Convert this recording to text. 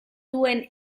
duen